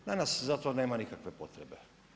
Danas za to nema nikakve potrebe.